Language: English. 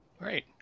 Great